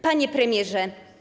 Panie Premierze!